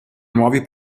nuovi